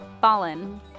Fallen